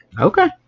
Okay